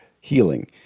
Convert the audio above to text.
healing